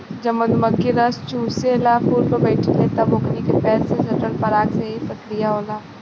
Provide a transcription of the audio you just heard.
जब मधुमखी रस चुसेला फुल पर बैठे ले तब ओकनी के पैर में सटल पराग से ई प्रक्रिया होला